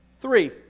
Three